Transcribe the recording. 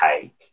take